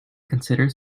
considers